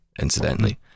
incidentally